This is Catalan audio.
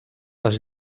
les